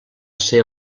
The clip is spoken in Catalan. ser